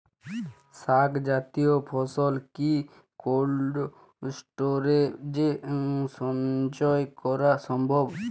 শাক জাতীয় ফসল কি কোল্ড স্টোরেজে সঞ্চয় করা সম্ভব?